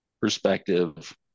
perspective